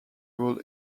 would